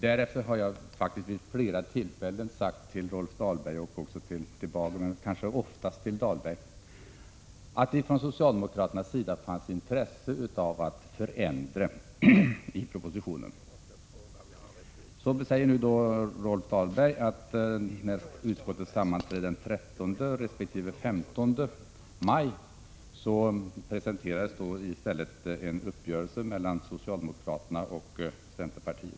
Därefter har jag vid flera tillfällen sagt till Rolf Dahlberg och Erling Bager, men kanske oftast till Rolf Dahlberg, att det från socialdemokraternas sida fanns intresse av att göra förändringar i propositionen. Rolf Dahlberg säger nu att det vid utskottsammanträdet den 13 och 15 maj i stället presenterades en uppgörelse mellan socialdemokraterna och centerpartiet.